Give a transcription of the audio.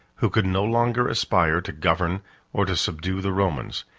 who could no longer aspire to govern or to subdue the romans,